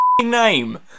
name